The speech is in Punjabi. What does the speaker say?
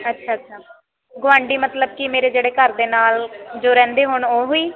ਅੱਛਾ ਅੱਛਾ ਗੁਆਂਢੀ ਮਤਲਬ ਕਿ ਮੇਰੇ ਜਿਹੜੇ ਘਰ ਦੇ ਨਾਲ ਜੋ ਰਹਿੰਦੇ ਹੋਣ ਉਹ ਵੀ